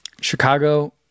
Chicago